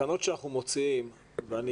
התקנות שאנחנו מוציאים ואני